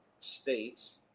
states